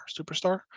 superstar